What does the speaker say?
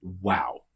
Wow